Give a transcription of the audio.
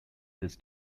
this